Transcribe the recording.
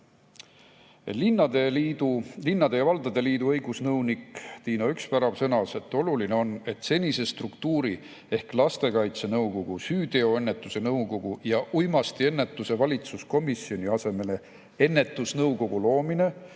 Linnade ja valdade liidu õigusnõunik Tiina Üksvärav sõnas, et oluline on, et senise struktuuri ehk lastekaitse nõukogu, süüteoennetuse nõukogu ja uimastiennetuse valitsuskomisjoni asemele ennetusnõukogu loomine